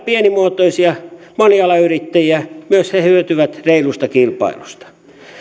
pienimuotoisia monialayrittäjiä myös he hyötyvät reilusta kilpailusta